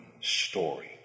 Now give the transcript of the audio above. story